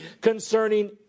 concerning